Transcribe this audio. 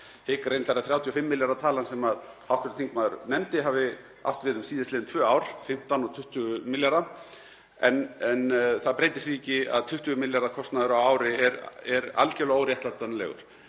hygg reyndar að 35 milljarða talan sem hv. þingmaður nefndi hafi átt við um síðastliðin tvö ár, 15 og 20 milljarðar, en það breytir því ekki að 20 milljarða kostnaður á ári er algerlega óréttlætanlegur.